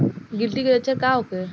गिलटी के लक्षण का होखे?